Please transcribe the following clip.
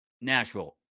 Nashville